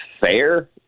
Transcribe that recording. fair